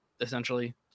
essentially